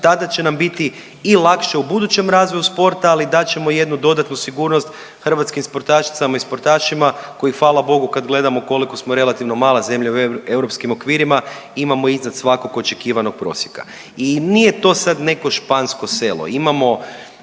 tada će nam biti i lakše u budućem razvoju sporta ali dat ćemo i jednu dodatnu sigurnost hrvatskim sportašicama i sportašima kojih hvala Bogu kad gledamo koliko smo relativno mala zemlja u europskim okvirima imamo iznad svakog očekivanog prosjeka. I nije to sad neko špansko selo,